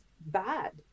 bad